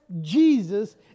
Jesus